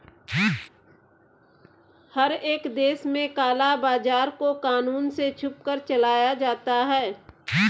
हर एक देश में काला बाजार को कानून से छुपकर चलाया जाता है